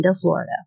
Florida